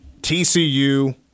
TCU